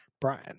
Brian